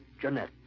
Jeanette